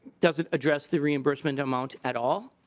doesn't address the reimbursement amount at all.